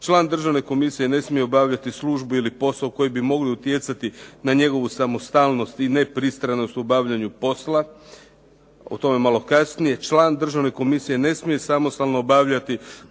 Član državne komisije ne smije obavljati službu ili posao koji bi mogli utjecati na njegovu samostalnost ili nepristranost u obavljanju posla, o tome malo kasnije. Član državne komisije ne smije samostalno obavljati